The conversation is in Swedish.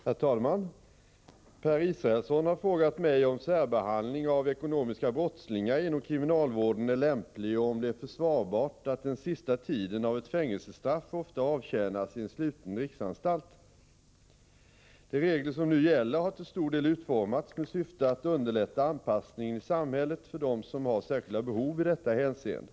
Herr talman! Per Israelsson har frågat mig om särbehandling av ekonomiska brottslingar inom kriminalvården är lämplig och om det är försvarbart att den sista tiden av ett fängelsestraff ofta avtjänas i en sluten riksanstalt. De regler som nu gäller har till stor del utformats med syfte att underlätta anpassningen i samhället för dem som har särskilda behov i detta hänseende.